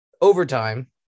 overtime